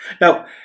Now